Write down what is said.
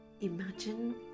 Imagine